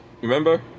remember